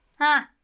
Ah